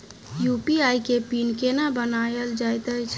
UPI केँ PIN केना बनायल जाइत अछि